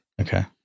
okay